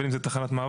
בין אם זאת תחנת מעבר.